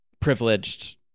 privileged